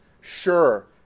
sure